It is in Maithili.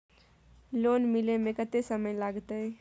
लोन मिले में कत्ते समय लागते?